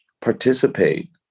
participate